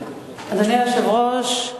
אדוני היושב-ראש,